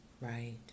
Right